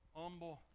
humble